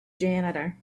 janitor